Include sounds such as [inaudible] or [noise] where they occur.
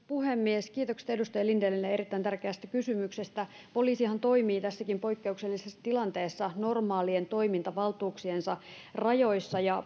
[unintelligible] puhemies kiitokset edustaja lindenille erittäin tärkeästä kysymyksestä poliisihan toimii tässäkin poikkeuksellisessa tilanteessa normaalien toimintavaltuuksiensa rajoissa ja